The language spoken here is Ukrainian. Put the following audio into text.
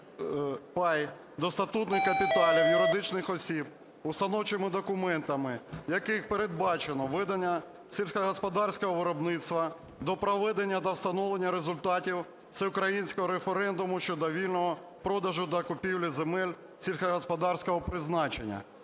до статутних капіталів юридичних осіб, установчими документами яких передбачено ведення сільськогосподарського виробництва, до проведення та встановлення результатів всеукраїнського референдуму щодо вільного продажу та купівлі земель сільськогосподарського призначення".